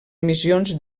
emissions